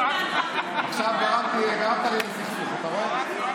עכשיו גרמת לי לסכסוך, אתה רואה?